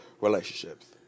relationships